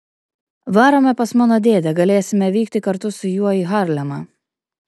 varome pas mano dėdę galėsime vykti kartu su juo į harlemą